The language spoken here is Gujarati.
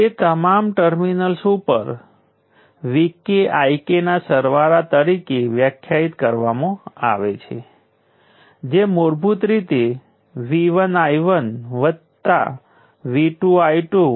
હવે તે 0 થી IL સુધી કરંટ કેવી રીતે મળે છે તેના ઉપર આધાર રાખતો નથી તો તે કોઈ પણમાં કરી શકે છે જેનાથી તમને સમાન જવાબ મળશે